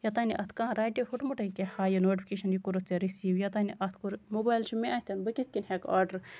یوتام نہٕ اَتھ کانہہ رَٹہِ ہُٹہٕ مٔٹَے کیاہ ہاوِ نوٹِفِکیشَن یہِ کوٚرُتھ ژٕ رٔسیٖو یوتام نہٕ اَتھ کوٚرُکھ موبایِل چھُ مےٚ اَتھِ بہٕ کِتھ کٔنۍ ہٮ۪کہٕ آرڈر